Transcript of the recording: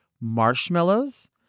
marshmallows